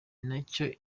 nacyo